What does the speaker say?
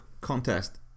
contest